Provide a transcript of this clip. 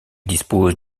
dispose